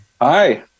Hi